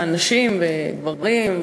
נשים וגברים,